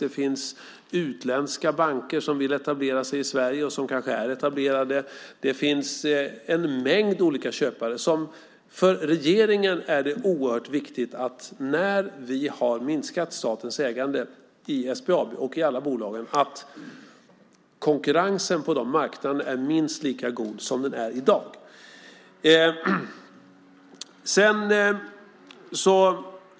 Det finns utländska banker som vill etablera sig i Sverige och som kanske är etablerade. Det finns en mängd olika köpare. När vi har minskat statens ägande i SBAB och i alla bolagen är det oerhört viktigt för regeringen att konkurrensen på dessa marknader är minst lika god som den är i dag.